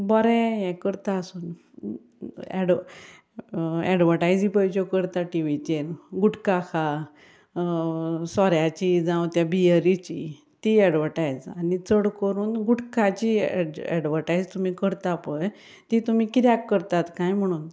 बरें हें करता आसून एडवर्टायजी करता टीव्हीचेर गुटका खा सोऱ्याची जावं ते बियरिची ती एडवर्टायज आनी चड करून गुटकाची एडवर्टायज तुमी करता पय ती तुमी कित्याक करतात कांय म्हणून